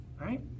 Right